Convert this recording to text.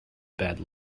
bad